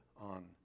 on